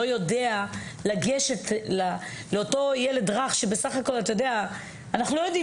לא יודע לגשת לאותו ילד רך אנחנו לא יודעים,